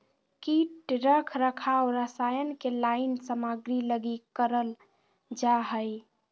कीट रख रखाव रसायन के लाइन सामग्री लगी करल जा हइ